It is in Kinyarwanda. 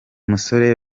musore